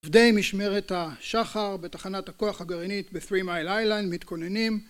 עובדי משמרת השחר בתחנת הכוח הגרעינית ב-3 Mile Island מתכוננים